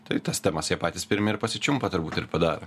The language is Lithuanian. tai tas temas jie patys pirmi ir pasičiumpa turbūt ir padaro